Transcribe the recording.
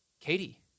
katie